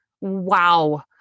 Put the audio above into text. Wow